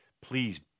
Please